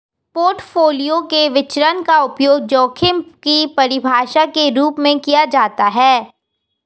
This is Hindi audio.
पोर्टफोलियो के विचरण का उपयोग जोखिम की परिभाषा के रूप में किया जाता है